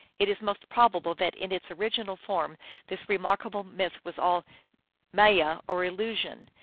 it is most probable that in its original form this remarkable myth was all maya, or illusion,